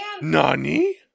Nani